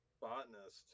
botanist